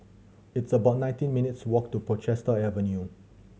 it's about nineteen minutes' walk to Portchester Avenue